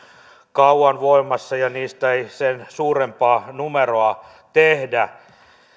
kauan voimassa ja niistä ei sen suurempaa numeroa tehdä